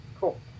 Cool